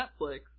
Netflix